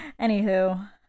Anywho